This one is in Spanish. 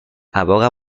aboga